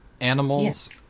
animals